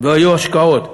והיו השקעות.